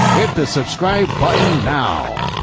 hit the subscribe button now.